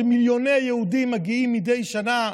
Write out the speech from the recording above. שמיליוני יהודים מגיעים אליו מדי שנה,